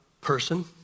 person